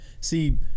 See